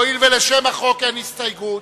והואיל ולשם החוק אין הסתייגות,